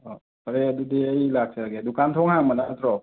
ꯑꯣ ꯐꯔꯦ ꯑꯗꯨꯗꯤ ꯑꯩ ꯂꯥꯛꯆꯔꯒꯦ ꯗꯨꯀꯥꯟ ꯊꯣꯡ ꯍꯥꯡꯕ ꯅꯠꯇ꯭ꯔꯣ